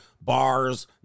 bars